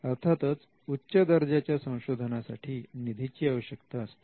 अर्थातच उच्च दर्जाच्या संशोधनासाठी निधीची आवश्यकता असते